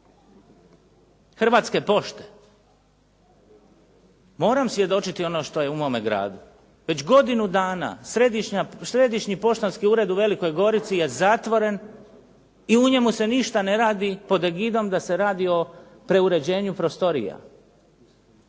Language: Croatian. Hrvatske pošte. Moram svjedočiti ono što je u mome gradu. Već godinu dana Središnji poštanski ured u Velikoj Gorici je zatvoren i u njemu se ništa ne radi pod … /Govornik se ne razumije./ … da se radi o preuređenju prostorija.